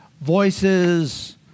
Voices